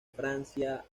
francia